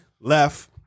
left